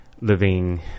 living